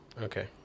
Okay